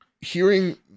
hearing